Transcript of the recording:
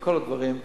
בכל הדברים,